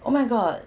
oh my god